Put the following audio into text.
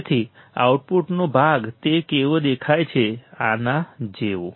તેથી આઉટપુટનો ભાગ તે કેવો દેખાય છે આના જેવું